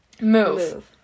Move